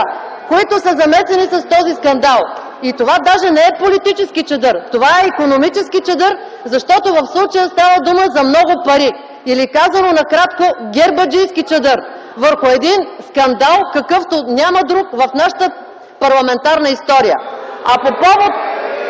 лицата, замесени в този скандал. Това даже не е политически чадър, а е икономически чадър, защото в случая става дума за много пари или казано накратко гербаджийски чадър върху един скандал, какъвто няма друг в нашата парламентарна история.